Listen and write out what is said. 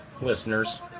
listeners